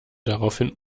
daraufhin